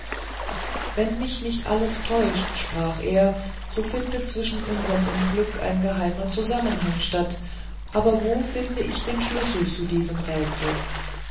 wenn mich nicht alles täuscht sprach er so findet zwischen unserem unglück ein geheimer zusammenhang statt aber wo finde ich den schlüssel zu diesem rätsel